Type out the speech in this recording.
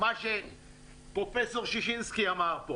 מה שפרופ' ששינסקי אמר פה